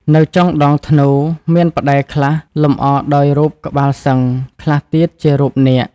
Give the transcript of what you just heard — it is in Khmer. នៅចុងដងធ្នូ មានផ្តែរខ្លះលម្អដោយរូបក្បាលសឹង្ហ ខ្លះទៀតជារូបនាគ ។